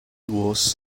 was